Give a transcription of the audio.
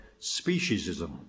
speciesism